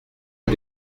est